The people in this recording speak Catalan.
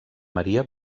maria